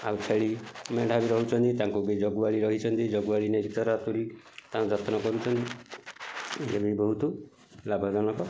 ଆଉ ଛେଳି ମେଣ୍ଢା ବି ରହୁଛନ୍ତି ତାଙ୍କୁ ବି ଜଗୁଆଳି ରହିଛନ୍ତି ଜଗୁଆଳି ନେଇକି ଚରା ଚୁରି ତାଙ୍କ ଯତ୍ନ କରୁଛନ୍ତି ଇଏବି ବହୁତ ଲାଭଜନକ